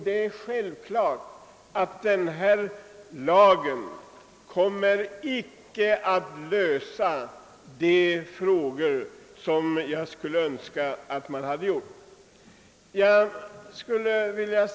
Det är självklart att den lag, som nu föreslås, inte kommer att lösa dessa problem på det sätt som jag hade önskat.